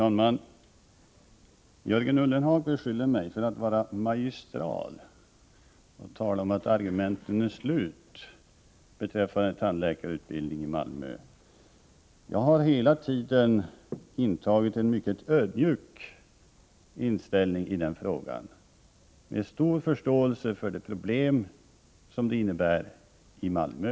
Herr talman! Jörgen Ullenhag beskyller mig för att vara magistral och talar om att argumenten är slut beträffande tandläkarutbildningen i Malmö. Jag har hela tiden intagit en mycket ödmjuk inställning i denna fråga, med stor förståelse för de problem som det innebär i Malmö.